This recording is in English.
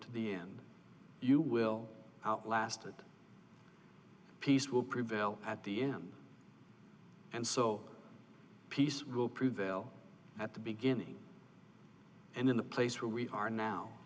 to the end you will outlast it peace will prevail at the end and so peace will prevail at the beginning and in the place where we are now